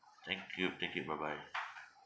thank you thank you bye bye